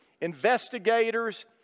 investigators